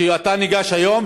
שאתה ניגש היום,